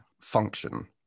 function